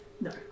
No